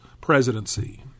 presidency